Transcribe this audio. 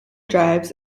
drives